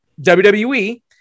WWE